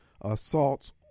assaults